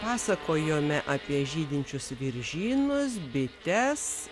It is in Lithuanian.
pasakojome apie žydinčius viržynus bites